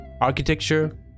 architecture